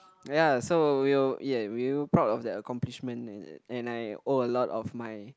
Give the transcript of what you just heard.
ya so we were ya were proud of that accomplishment and and I owe a lot of my